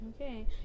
okay